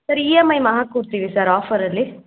sir E M I ಮ ಹಾಕಿಕೊಡ್ತೀವಿ sir ಆಫರಲ್ಲಿ